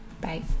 Bye